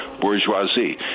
bourgeoisie